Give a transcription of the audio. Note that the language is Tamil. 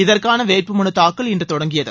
இதற்கான வேட்பு மனு தாக்கல் இன்று தொடங்கியது